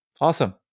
Awesome